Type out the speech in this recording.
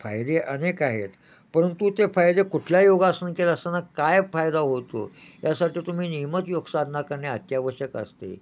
फायदे अनेक आहेत परंतु ते फायदे कुठल्या योगासन केलं असताना काय फायदा होतो यासाठी तुम्ही नियमित योगसाधना करणे अत्यावश्यक असते